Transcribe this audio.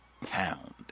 pound